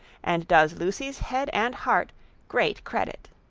and does lucy's head and heart great credit.